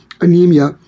anemia